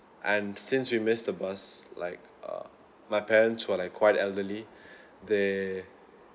and since we missed the bus like uh my parents were like quite elderly they